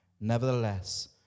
Nevertheless